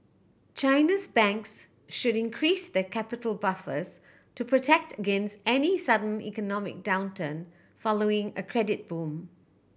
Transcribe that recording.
China's banks should increase their capital buffers to protect against any sudden economic downturn following a credit boom